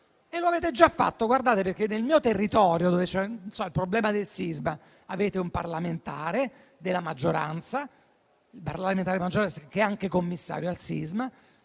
Lo avete già fatto, perché nel mio territorio, dove c'è il problema del sisma, avete un parlamentare della maggioranza, che è anche commissario al sisma,